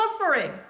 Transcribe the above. suffering